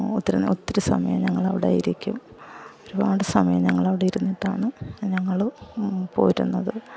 ഒത്തിരി ഒത്തിരി സമയം ഞങ്ങൾ അവിടെ ഇരിക്കും ഒരുപാട് സമയം ഞങ്ങൾ അവിടെ ഇരുന്നിട്ടാണ് ഞങ്ങൾ പോരുന്നത്